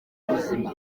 buzima